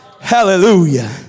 Hallelujah